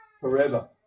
forever